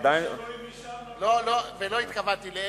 ולא התכוונתי לאלקין,